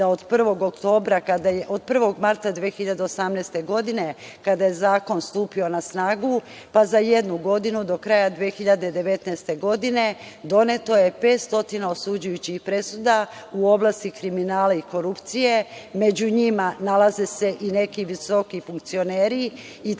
je od 1. marta 2018. godine, kada je zakon stupio na snagu, pa za jednu godinu, do kraja 2019. godine, doneto 500 osuđujućih presuda u oblasti kriminala i korupcije, među njima nalaze se i neki visoki funkcioneri i time,